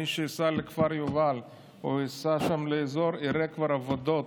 מי שייסע לכפר יובל או ייסע לאזור יראה כבר שיש עבודות